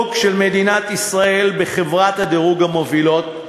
הדירוג של מדינת ישראל בחברות הדירוג המובילות,